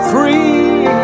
Free